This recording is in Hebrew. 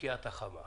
"שקיעת החמה",